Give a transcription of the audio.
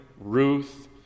Ruth